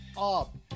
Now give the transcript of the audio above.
up